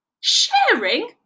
Sharing